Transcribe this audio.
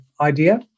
idea